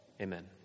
Amen